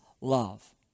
love